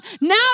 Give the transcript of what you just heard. Now